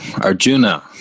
Arjuna